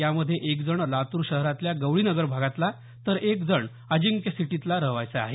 यामध्ये एक जण लातूर शहरातल्या गवळीनगर भागातला तर एक जण अजिंक्य सिटीतला रहिवाशी आहे